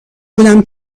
بودم